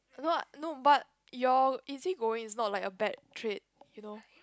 no no but your easygoing is not like a bad trait you know